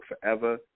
forever